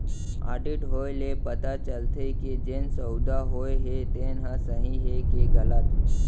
audit होए ले पता चलथे के जेन सउदा होए हे तेन ह सही हे के गलत